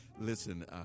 Listen